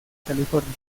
california